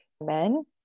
men